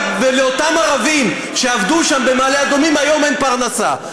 ולאותם ערבים שעבדו שם במעלה אדומים היום אין פרנסה.